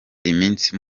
imisi